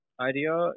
idea